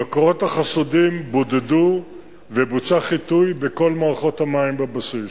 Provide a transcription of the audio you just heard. המקורות החשודים בודדו ובוצע חיטוי בכל מערכות המים בבסיס.